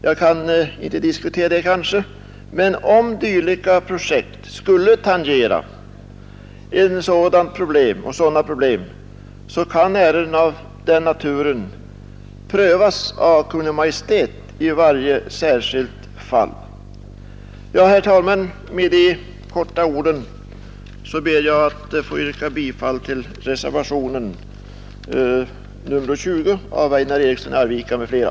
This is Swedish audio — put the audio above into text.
Jag skall kanske inte ta upp det till diskussion, men om dylika projekt tangerar gränsen för det kommunala kompetensområdet kan ärenden av den naturen prövas av Kungl. Maj:t i varje särskilt fall. Herr talman! Med dessa ord ber jag att få yrka bifall till reservationen 20 av herr Eriksson i Arvika m.fl.